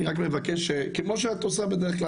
אני רק מבקש כמו שאת עושה בדרך כלל,